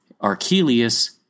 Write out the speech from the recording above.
Archelius